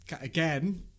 again